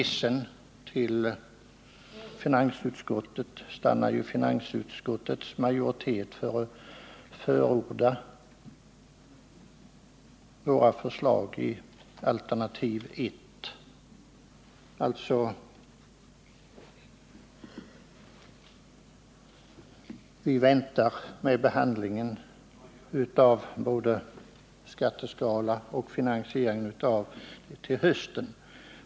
I sitt yttrande förordar finansutskottets majoritet våra förslag i alternativ 1, alltså att vi skall vänta med behandlingen av skatteskalan och finansieringsfrågan till hösten.